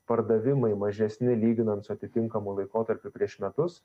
pardavimai mažesni lyginant su atitinkamu laikotarpiu prieš metus